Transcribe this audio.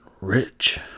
rich